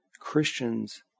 Christians